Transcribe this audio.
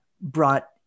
brought